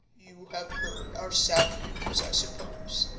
you have heard our sad news, i suppose?